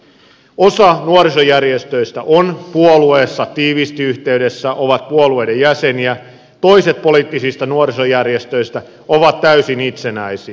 osa nuorisojärjestöistä on puolueeseen tiiviisti yhteydessä ovat puolueiden jäseniä toiset poliittisista nuorisojärjestöistä ovat täysin itsenäisiä